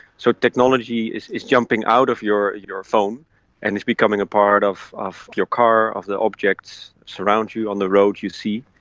so technology is is jumping out of your your phone and it's becoming a part of of your car, of the objects that surround you, on the road you see.